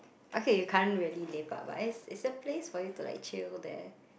okay you can't really lepak but it's it's a place for you to like chill there